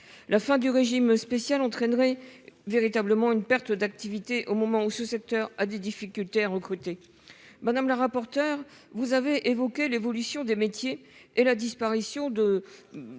La fin du régime spécial entraînerait véritablement une perte d'activité, au moment où ce secteur connaît des difficultés de recrutement. Madame la rapporteure générale, vous avez évoqué l'évolution des métiers et la disparition,